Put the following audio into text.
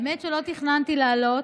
האמת היא שלא תכננתי לעלות,